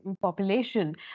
population